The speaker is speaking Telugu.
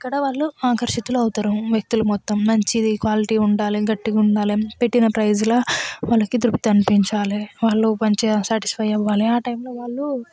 అక్కడ వాళ్ళు ఆకర్షితులు అవుతారు వ్యక్తులు మొత్తం మంచిది క్వాలిటీ ఉండాలి గట్టిగా ఉండాలి పెట్టిన ప్రయిజ్లో వాళ్ళకి తృప్తి అనిపించాలి వాళ్ళు మంచిగా సాటిస్ఫయి అవ్వాలి ఆ టైమ్లో వాళ్ళు